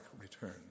return